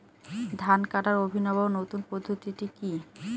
ধান কাটার অভিনব নতুন পদ্ধতিটি কি?